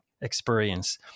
experience